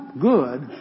good